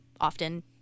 often